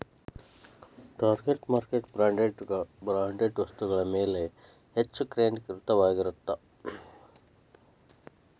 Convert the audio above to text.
target market branded ವಸ್ತುಗಳ ಮ್ಯಾಲೆ ಹೆಚ್ಚ್ ಕೇಂದ್ರೇಕೃತವಾಗಿರತ್ತ